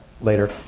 later